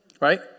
right